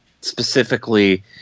specifically